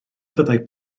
fyddai